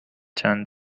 چند